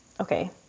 Okay